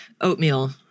oatmeal